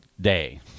day